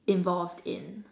involved in